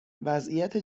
وضعیت